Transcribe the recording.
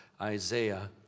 Isaiah